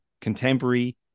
contemporary